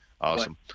Awesome